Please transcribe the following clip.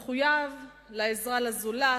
מחויב לעזרה לזולת,